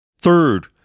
Third